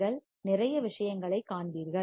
நீங்கள் நிறைய விஷயங்களைக் காண்பீர்கள்